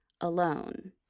alone